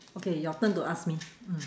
okay your turn to ask me mm